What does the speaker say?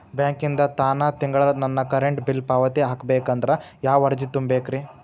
ಬ್ಯಾಂಕಿಂದ ತಾನ ತಿಂಗಳಾ ನನ್ನ ಕರೆಂಟ್ ಬಿಲ್ ಪಾವತಿ ಆಗ್ಬೇಕಂದ್ರ ಯಾವ ಅರ್ಜಿ ತುಂಬೇಕ್ರಿ?